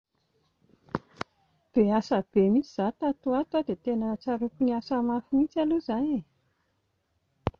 Be asa be mihintsy izaho tatoato dia tena tsaroako ho niasa mafy mihintsy aloha izaho e